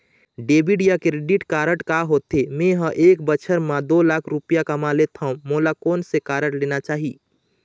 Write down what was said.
Debit या credit card का होथे, मे ह एक बछर म दो लाख रुपया कमा लेथव मोला कोन से कारड लेना चाही?